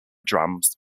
drums